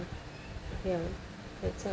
ya that's why